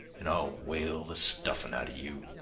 and i'll whale the stuffin' outa you.